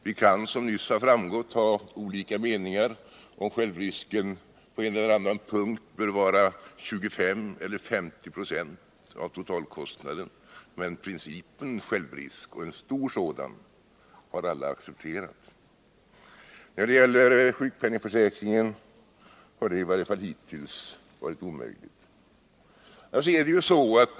Vi kan, som nyss har framgått, ha olika meningar om huruvida självrisken på en eller annan punkt bör vara 25 eller 50 96 av totalkostnaden, men principen om självrisk — och en stor sådan — har alla accepterat. När det gäller sjukpenningförsäkringen har det i varje fall hittills varit omöjligt.